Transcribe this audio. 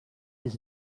his